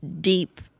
deep